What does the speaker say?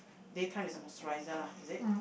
day time is the moisturiser lah is it